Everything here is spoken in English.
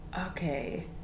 okay